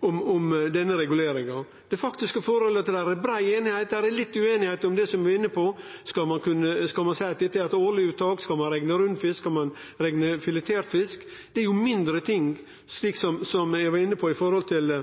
saka, om denne reguleringa. Det faktiske forholdet er at det er brei einigheit. Det er litt ueinigheit om det som eg var inne på: Skal ein seie at dette er eit årleg uttak? Skal ein rekne det i rund fisk? Skal ein rekne det i filetert fisk? Dette er jo mindre ting – som eg var inne på – i forhold til det